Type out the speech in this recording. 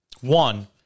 One